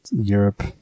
Europe